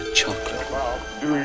chocolate